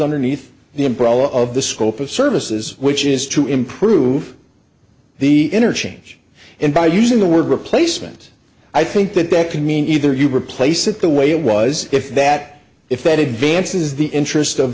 underneath the umbrella of the scope of services which is to improve the interchange and by using the word replacement i think that that can mean either you replace it the way it was if that if that advances the interest of